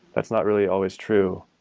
that's not really always true,